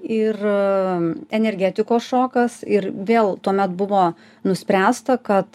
ir energetikos šokas ir vėl tuomet buvo nuspręsta kad